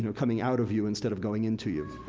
and coming out of you instead of going into you.